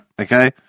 Okay